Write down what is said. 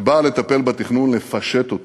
שבאה לטפל בתכנון, לפשט אותו.